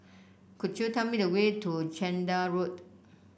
could you tell me the way to Chander Road